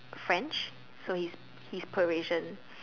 French so he's he's Parisian